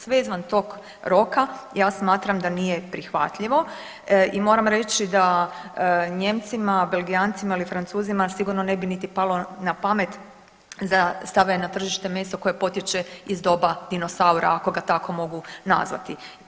Sve izvan tog roka ja smatram da nije prihvatljivo i moram reći da Nijemcima, Belgijancima ili Francuzima sigurno ne bi niti palo napamet da stave na tržište meso koje potječe iz doba dinosaura ako ga tako mogu nazvati.